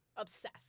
Obsessed